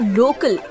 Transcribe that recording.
local